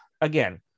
again